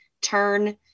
turn